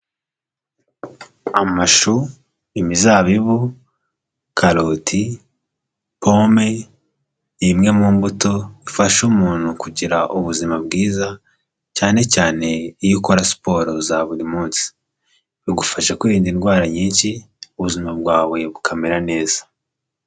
Amashu, imizabibu, karoti, pome, imwe mu mbuto ifasha umuntu kugira ubuzima bwiza, cyane cyane iyo ukora siporo za buri munsi. Bigufasha kwirinda indwara nyinshi, ubuzima bwawe bukamera neza.